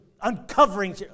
uncovering